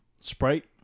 Sprite